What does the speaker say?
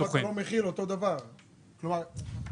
יש לך היום סטנדרטים.